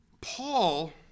Paul